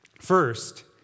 First